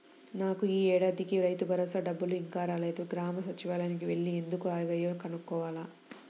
నాకు యీ ఏడాదికి రైతుభరోసా డబ్బులు ఇంకా రాలేదు, గ్రామ సచ్చివాలయానికి యెల్లి ఎందుకు ఆగాయో కనుక్కోవాల